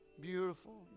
Beautiful